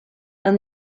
and